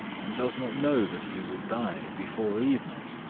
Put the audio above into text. and does not know that he will die before evening